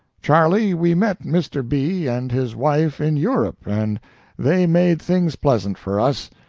charlie, we met mr. b. and his wife in europe, and they made things pleasant for us.